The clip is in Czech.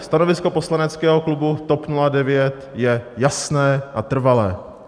Stanovisko poslaneckého klubu TOP 09 je jasné a trvalé.